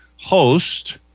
host